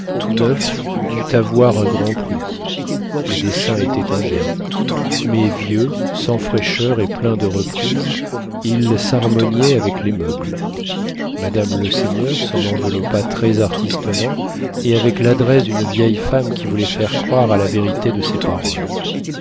dut avoir un grand prix les dessins étaient indiens mais vieux sans fraîcheur et plein de reprises il s'harmoniait avec les meubles madame leseigneur s'en enveloppa très artistement et avec l'adresse d'une vieille femme qui voulait faire croire à la vérité de ses paroles